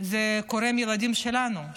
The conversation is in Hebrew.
זה קורה עם הילדים שלנו,